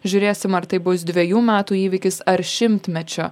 žiūrėsim ar tai bus dvejų metų įvykis ar šimtmečio